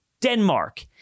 Denmark